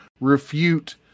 refute